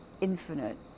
infinite